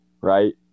right